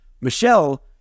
Michelle